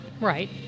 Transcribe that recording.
Right